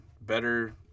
better